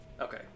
Okay